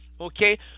okay